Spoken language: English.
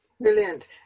Brilliant